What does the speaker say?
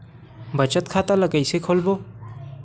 बचत खता ल कइसे खोलबों?